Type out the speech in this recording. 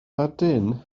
ydyn